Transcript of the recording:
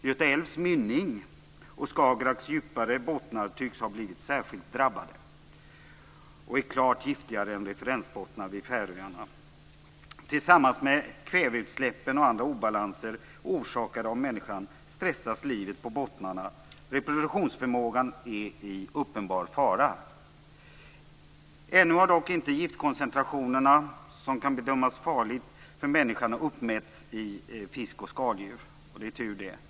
Göta älvs mynning och Skagerraks djupare bottnar tycks ha blivit särskilt drabbade och är klart giftigare än referensbottnar vid Färöarna. Tillsammans med kväveutsläppen och andra obalanser orsakade av människan stressas livet på bottnarna. Reproduktionsförmågan är i uppenbar fara. Ännu har dock inte giftkoncentrationer som kan bedömas vara farliga för människan uppmätts i fisk och skaldjur, vilket är tur.